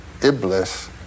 Iblis